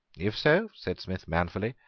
if so, said smith manfully,